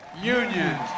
unions